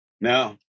No